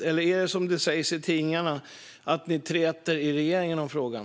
Eller är det som det sägs i tidningarna, det vill säga att ni träter inom regeringen i frågan?